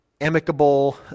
amicable